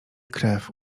krew